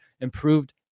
improved